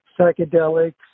psychedelics